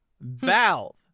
Valve